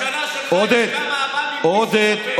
בממשלה שלכם כמה עב"מים, עודד.